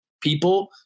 people